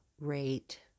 rate